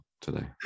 today